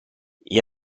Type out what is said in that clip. gli